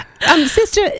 sister